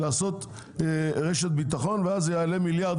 לעשות רשת ביטחון ואז זה יעלה מיליארדים